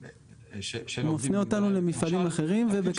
הוא מפנה אותנו למפעלים אחרים ובקיסריה.